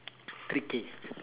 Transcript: tricky